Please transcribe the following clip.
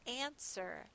answer